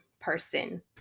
person